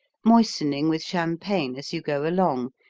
moistening with champagne as you go along,